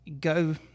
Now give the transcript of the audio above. Go